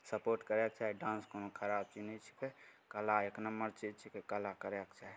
support करयके चाही dance कोनो खराब चीज नहि छिकै कला एक नम्बर चीज छियै कला करयके चाही